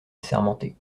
assermenté